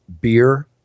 beer